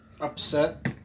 upset